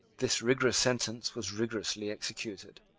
this rigorous sentence was rigorously executed.